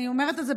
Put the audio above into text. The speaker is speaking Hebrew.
אני אומרת את זה,